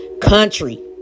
country